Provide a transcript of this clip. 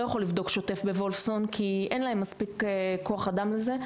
יכול לבדוק שוטף בוולפסון כי אין להם מספיק כוח אדם לזה,